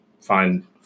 find